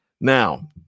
Now